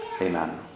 Amen